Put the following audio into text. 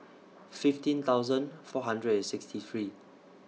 fifteen thousand four hundred and sixty three